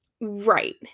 Right